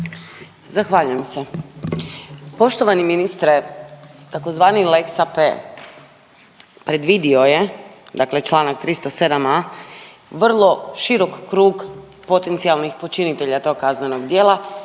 Zahvaljujem se. Poštovani ministre, tzv. lex AP predvidio je dakle čl. 307.a vrlo širok krug potencijalnih počinitelja tog kaznenog djela,